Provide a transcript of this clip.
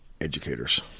educators